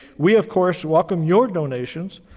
we of course, welcome your donations,